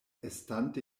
estante